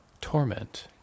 Torment